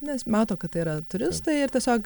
nes mato kad tai yra turistai ir tiesiog